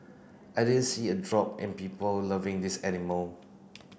I didn't see a drop in people loving these animal